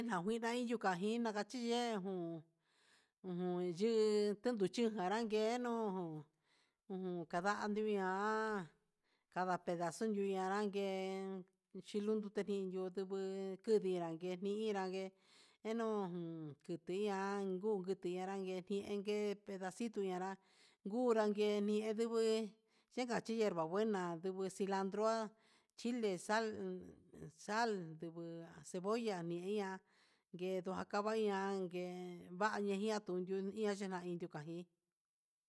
Janguina yukajina nakachí yejun ujun yi chutujanra yenujun, ujun kandando iha kada pedaso yuu anrangue, chilundo teyidu nduguu kuñanke ñi irán, ngue nguenu jun jutuñan nguu ngutuña nrengue he pesito ñanrá, jukeni ñieve chikaxhi hierva buena ndugu ciladroa, chile sal, sal nduguu cebolla ninduan yendo akabañan, ngue vani yian tunduu iha yukaji.